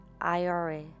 IRA